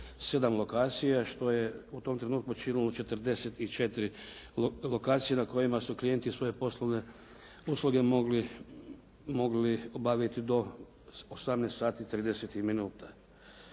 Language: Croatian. lokacija što je u tom trenutku činilo 44 lokacije na kojima su klijenti svoje poslovne usluge mogli obaviti do 18,30 sati.